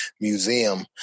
museum